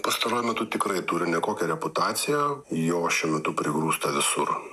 pastaruoju metu tikrai turi nekokią reputaciją jo šiuo metu prigrūsta visur